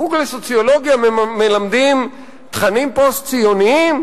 בחוג לסוציולוגיה מלמדים תכנים פוסט-ציוניים?